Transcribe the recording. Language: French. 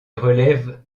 relève